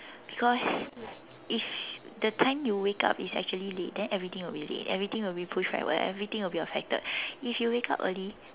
because if the time you wake up is actually late then everything will be late everything will be pushed backward everything will be affected if you wake up early